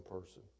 person